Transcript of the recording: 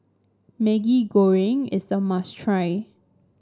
Maggi Goreng is a must try